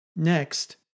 Next